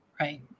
right